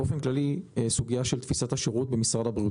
באופן כללי יש סוגיה של תפיסת השירות במשרד הבריאות.